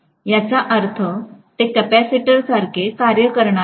याचा अर्थ ते कॅपेसिटरसारखे कार्य करणार आहे